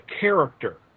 character